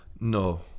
No